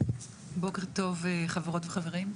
בוקר טוב חברות וחברים,